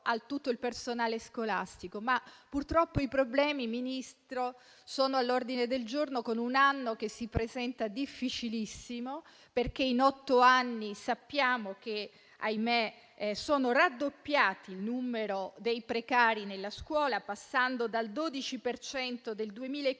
a tutto il personale scolastico. Purtroppo i problemi, Ministro, sono all'ordine del giorno, con un anno che si presenta difficilissimo. Sappiamo che in otto anni - ahimè - è raddoppiato il numero dei precari nella scuola, passando dal 12 per